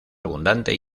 abundante